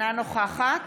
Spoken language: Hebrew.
אינה נוכחת